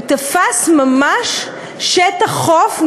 הוא תפס ממש שטח חוף,